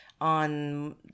on